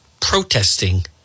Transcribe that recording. protesting